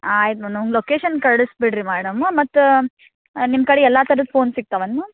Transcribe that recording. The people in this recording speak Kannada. ಆಯ್ತು ಮೇಡ್ಮ್ ಲೊಕೇಶನ್ ಕಳಿಸ್ಬಿಡ್ರಿ ಮ್ಯಾಡಮ್ಮು ಮತ್ತೆ ನಿಮ್ಮ ಕಡೆ ಎಲ್ಲ ಥರದ ಫೋನ್ ಸಿಗ್ತಾವೇನ್ ಮ್ಯಾಮ್